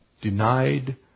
Denied